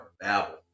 Babel